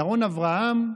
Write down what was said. ירון אברהם,